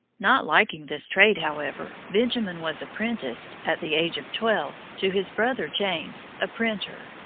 not liking this trade, however, benjamin was apprenticed, at the age of twelve, to his brother james, a printer.